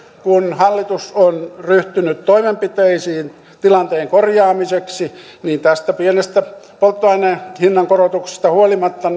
kun hallitus on ryhtynyt toimenpiteisiin tilanteen korjaamiseksi niin tästä pienestä polttoaineen hinnankorotuksesta huolimatta